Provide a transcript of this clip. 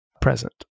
present